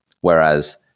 whereas